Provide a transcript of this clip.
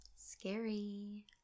Scary